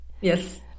Yes